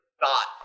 thought